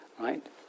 Right